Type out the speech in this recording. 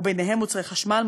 ובהם מוצרי חשמל,